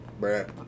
Bruh